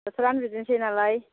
बोथोरानो बिदिनो नालाय